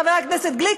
חבר הכנסת גליק,